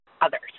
others